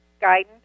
guidance